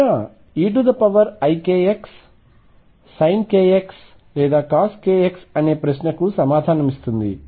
ప్రశ్న eikx sin kx లేదా cos kx అనే ప్రశ్నకు సమాధానమిస్తుంది